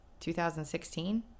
2016